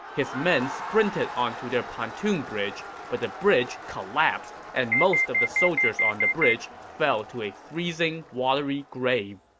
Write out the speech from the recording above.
his men sprinted onto their pontoon bridge, but the bridge collapsed, and most of the soldiers on the bridge fell to a freezing, watery grave.